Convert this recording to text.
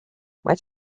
might